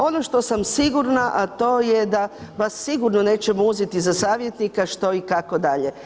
Ono što sam sigurna, a to je da vas sigurno nećemo uzeti za savjetnika, što i kako dalje.